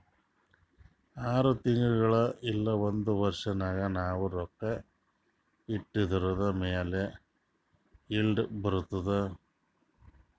R ತಿಂಗುಳಿಗ್ ಇಲ್ಲ ಒಂದ್ ವರ್ಷ ನಾಗ್ ನಾವ್ ರೊಕ್ಕಾ ಇಟ್ಟಿದುರ್ ಮ್ಯಾಲ ಈಲ್ಡ್ ಬರ್ತುದ್